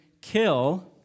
kill